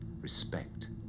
Respect